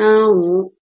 ನಾವು